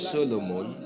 Solomon